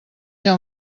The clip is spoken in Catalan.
ser